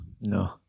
no